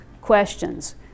questions